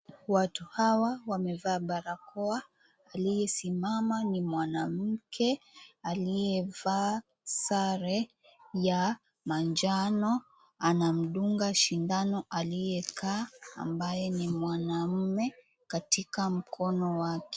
Watu hawa wamevaa barakoa aliyesimama ni mwanamke aliyevaa sare ya manjano anamdunga shindano aliyekaa, ambaye ni mwanaume, katika mkono wake.